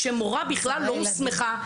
כשמורה בכלל לא הוסמכה,